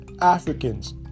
Africans